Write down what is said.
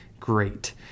Great